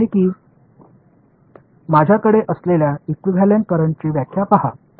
எனவே மீண்டும் என்னிடம் உள்ள இகுவெளன்ட் கரண்ட் வரையறையைப் பாருங்கள்